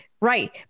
right